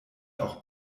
auch